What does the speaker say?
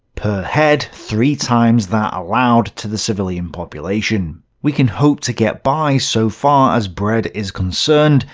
per head, three times that allowed to the civilian population. we can hope to get by so far as bread is concerned,